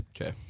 Okay